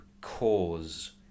cause